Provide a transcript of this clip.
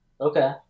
Okay